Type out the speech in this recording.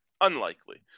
unlikely